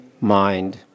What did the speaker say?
mind